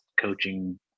coaching